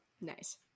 Nice